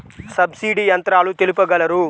Subsidy యంత్రాలు తెలుపగలరు?